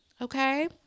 Okay